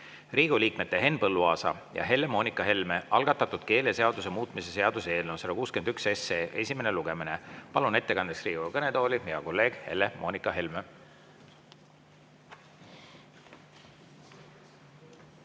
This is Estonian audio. Riigikogu liikmete Henn Põlluaasa ja Helle‑Moonika Helme algatatud keeleseaduse muutmise seaduse eelnõu 161 esimene lugemine. Palun ettekandjaks Riigikogu kõnetooli hea kolleegi Helle-Moonika Helme.